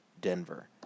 Denver